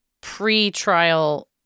pre-trial